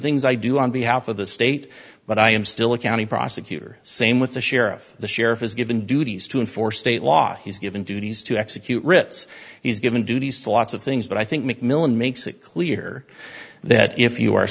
things i do on behalf of the state but i am still a county prosecutor same with the sheriff the sheriff has given duties to enforce state law he's given duties to execute writs he's given duties to lots of things but i think mcmillan makes it clear that if you are